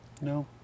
No